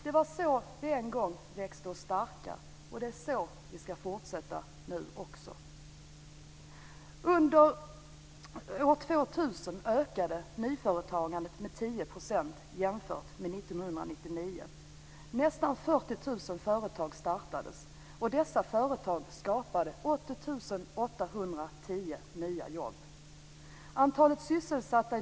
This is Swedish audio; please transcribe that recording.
Det var så vi en gång växte oss starka, och det är så vi ska fortsätta.